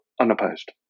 unopposed